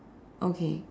okay